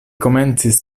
komencis